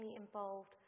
involved